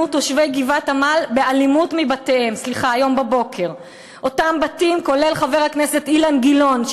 פונו תושבי גבעת-עמל באלימות מבתיהם כולל חבר הכנסת אילן גילאון,